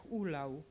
ulał